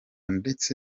ndetse